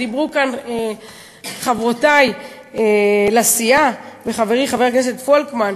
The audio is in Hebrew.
שדיברו עליה כאן חברותי לסיעה וחברי חבר הכנסת פולקמן,